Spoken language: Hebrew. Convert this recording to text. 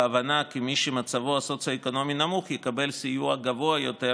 בהבנה שמי שמצבו הסוציו-אקונומי נמוך יקבל סיוע גבוה יותר